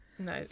No